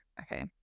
Okay